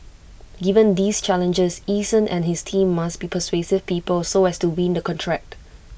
given these challenges Eason and his team must be persuasive people so as to win the contract